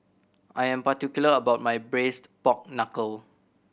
I'm particular about my Braised Pork Knuckle